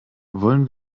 wollen